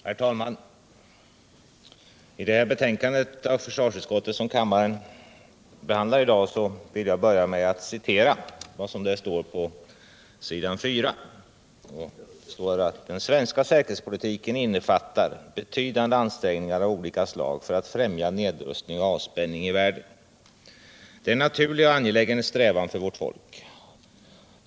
Herr talman! jag vill börja med att citera följande, som står på s. 4 i det betänkande från försvarsutskottet som kammaren i dag behandlar: ”Den svenska säkerhetspolitiken innefattar betydande ansträngningar av olika slag för att främja nedrustning och avspänning i världen. Detta är en naturlig och angelägen strävan för vårt folk.